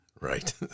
Right